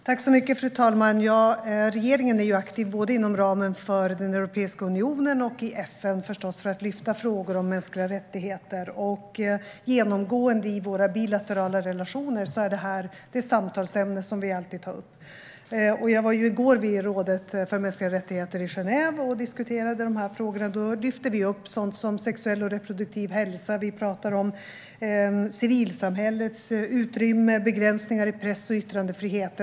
Fru talman! Regeringen är aktiv inom ramen för Europeiska unionen och i FN för att lyfta upp frågor om mänskliga rättigheter. Genomgående i våra bilaterala relationer är detta det samtalsämne vi alltid tar upp. Jag var i går vid rådet för mänskliga rättigheter i Genève och diskuterade dessa frågor. Vi lyfte upp sexuell och reproduktiv hälsa, civilsamhällets utrymme samt begränsningar i press och yttrandefrihet.